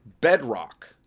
bedrock